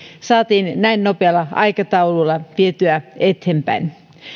saatiin näin nopealla aikataululla vietyä eteenpäin